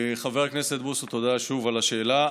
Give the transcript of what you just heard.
חבר הכנסת בוסו, תודה שוב על השאלה.